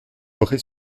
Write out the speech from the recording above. bray